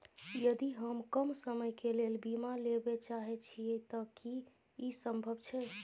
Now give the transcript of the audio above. यदि हम कम समय के लेल बीमा लेबे चाहे छिये त की इ संभव छै?